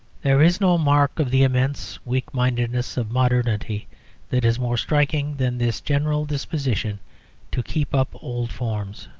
there is no mark of the immense weak-mindedness of modernity that is more striking than this general disposition to keep up old forms,